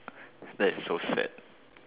that is so sad